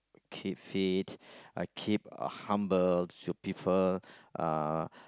keep fit I keep uh humble to people uh